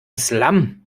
slum